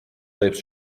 lips